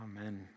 Amen